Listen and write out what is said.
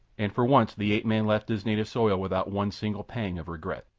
and for once the ape-man left his native soil without one single pang of regret.